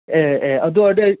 ꯑꯦ ꯑꯦ ꯑꯗꯨ ꯑꯣꯏꯔꯗꯤ ꯑꯩ